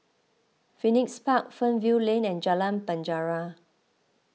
Phoenix Park Fernvale Lane and Jalan Penjara